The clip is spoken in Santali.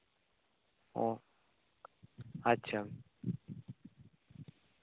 ᱚ ᱟᱪᱪᱷᱟ